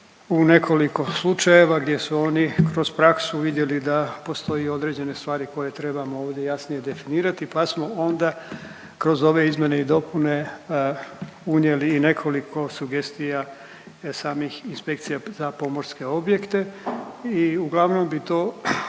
u nekoliko slučajeva gdje su oni kroz praksu vidjeli da postoje određene stvari koje trebamo ovdje jasnije definirati, pa smo onda kroz ove izmjene i dopune unijeli i nekoliko sugestija samih inspekcija za pomorske objekte i uglavnom bi to, to